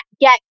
get